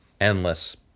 endless